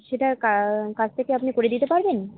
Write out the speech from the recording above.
সেটা কা কাজটা কি আপনি করে দিতে পারবেন